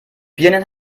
birnen